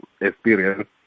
experience